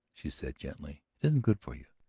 she said gently. it isn't good for you.